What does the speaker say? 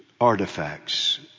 artifacts